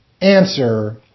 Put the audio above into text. Answer